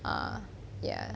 uh ya